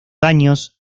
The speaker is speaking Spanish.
años